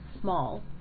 small